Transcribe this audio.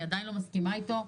אני עדיין לא מסכימה אתו,